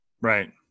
Right